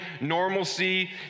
normalcy